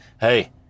Hey